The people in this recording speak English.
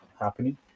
happening